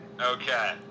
Okay